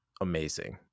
amazing